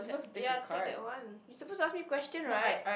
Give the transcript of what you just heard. ya take that one you supposed to ask me question right